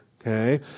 Okay